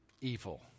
evil